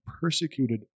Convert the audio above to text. persecuted